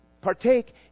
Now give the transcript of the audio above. partake